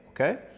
Okay